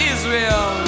Israel